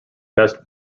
best